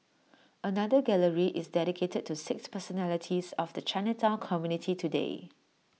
another gallery is dedicated to six personalities of the Chinatown community today